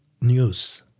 News